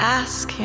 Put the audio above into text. ask